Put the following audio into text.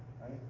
right